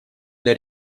для